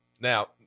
now